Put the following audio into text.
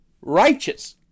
righteous